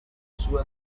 sue